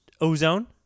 ozone